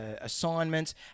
assignments